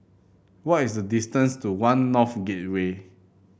what is the distance to One North Gateway